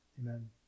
Amen